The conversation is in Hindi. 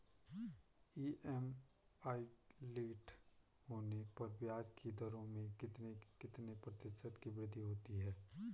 ई.एम.आई लेट होने पर ब्याज की दरों में कितने कितने प्रतिशत की वृद्धि होती है?